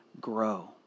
grow